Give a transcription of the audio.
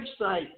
website